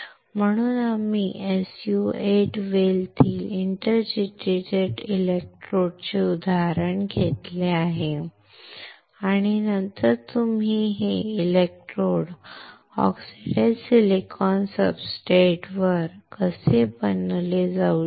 म्हणून आम्ही SU 8 well तील इंटर डिजीटेटेड इलेक्ट्रोड चे उदाहरण घेतले आहे आणि नंतर तुम्ही हे इलेक्ट्रोड ऑक्सिडाइज्ड सिलिकॉन सब्सट्रेटवर कसे बनवू शकता